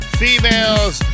females